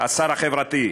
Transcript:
השר החברתי.